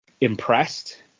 impressed